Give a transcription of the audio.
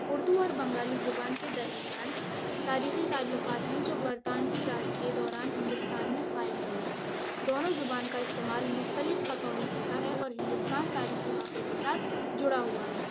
اردو اور بنگالی زبان کے درمیان تاریخی تعلقات ہیں جو برطانوی راج کے دوران ہندوستان میں قائم ہوئے دونوں زبان کا استعمال مختلف خطوں میں ہوتا ہے اور ہندوستان تاریخی واقعے کے ساتھ جڑا ہوا ہے